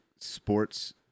sports